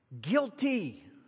Guilty